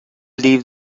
leave